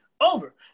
over